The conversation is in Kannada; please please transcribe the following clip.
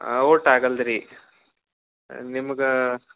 ಒಟ್ಟು ಅಗಲ್ಲ ರೀ ನಿಮ್ಗ